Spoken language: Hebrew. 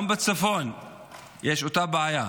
גם בצפון יש את אותה בעיה.